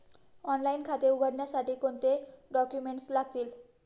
Online खाते उघडण्यासाठी कोणते डॉक्युमेंट्स लागतील?